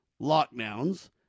lockdowns